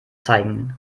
zeigen